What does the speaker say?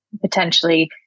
potentially